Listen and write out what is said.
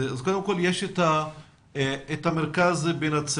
אז קודם כל יש את המרכז בנצרת,